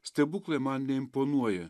stebuklai man neimponuoja